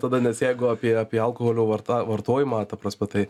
tada nes jeigu apie apie alkoholio varta vartojimą ta prasme tai